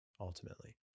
ultimately